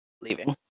leaving